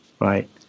right